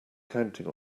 counting